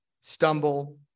stumble